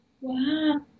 Wow